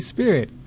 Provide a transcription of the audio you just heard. Spirit